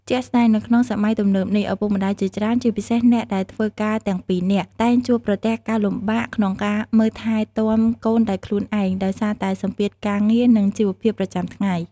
ជាក់ស្ដែង នៅក្នុងសម័យទំនើបនេះ ឪពុកម្ដាយជាច្រើន ជាពិសេសអ្នកដែលធ្វើការទាំងពីរនាក់ តែងជួបប្រទះការលំបាកក្នុងការមើលថែទាំកូនដោយខ្លួនឯង ដោយសារតែសម្ពាធការងារ និងជីវភាពប្រចាំថ្ងៃ។